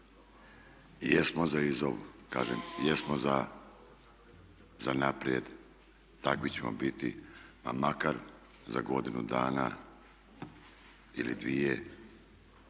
jesmo za naprijed, takvi ćemo biti pa makar za godinu dana ili dvije